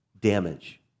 damage